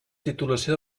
titulació